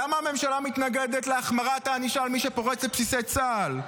למה הממשלה מתנגדת להחמרת הענישה למי שפורץ לבסיסי צה"ל?